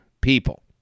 people